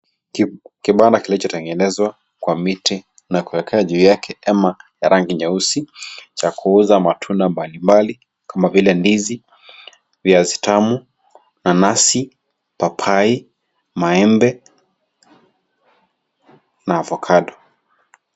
Kibanda kilicho tengenezwa kwa miti na kuweka juu yake hema ya rangi nyeusi cha kuuza matunda balimmbali kama vile ndizi, viazi tamu, nanasi, papai, maembe, na (CS)avocado(CS).